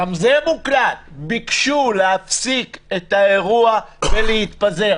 גם זה מוקלט, ביקשו להפסיק את האירוע ולהתפזר.